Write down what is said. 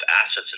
assets